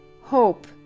hope